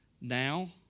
now